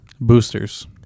Boosters